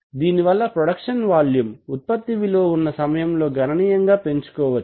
దీని వలన production volume ఉత్పత్తి విలువ ఉన్న సమయంలో గననీయంగా పెంచుకోవచ్చు